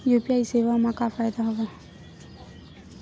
UPI सेवा मा का फ़ायदा हवे?